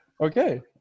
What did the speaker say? Okay